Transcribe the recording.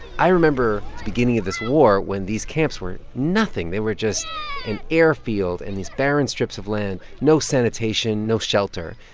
i remember the beginning of this war, when these camps were nothing. they were just an air field and these barren strips of land no sanitation, no shelter.